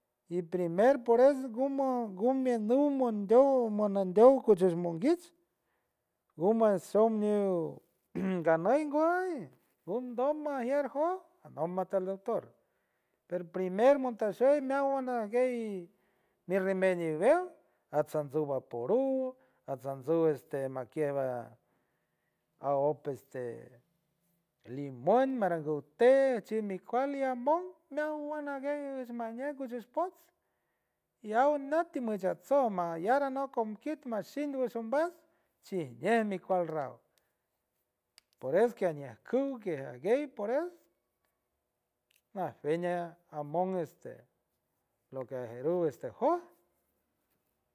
Mi primer por eso gumu gumbiendu mondow monandaw cuchuc monguich gumo meow ganoy guoy gundo majier jor anock mata doctor pero primer montashuy meowana guey mi remedio beoy antasu vaporuck antasu este mackiek ba a op este limón marangute a chi mi cualia amón na weona guey es mi na guey es maña gut cu puts jian otima choma y ahora no conquit ma shin meosan at chine mi cual raw por eso que aña cuw que aguey por eso no najañia amon este lo que aruj este ajot.